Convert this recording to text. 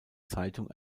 zeitung